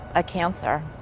a cancer.